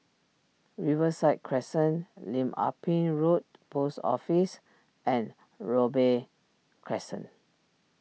Riverside Crescent Lim Ah Pin Road Post Office and Robey Crescent